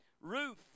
Ruth